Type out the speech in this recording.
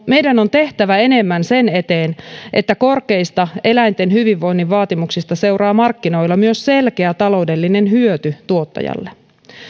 meidän on tehtävä enemmän sen eteen että korkeista eläinten hyvinvoinnin vaatimuksista seuraa markkinoilla myös selkeä taloudellinen hyöty tuottajalle